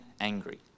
angry